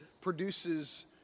produces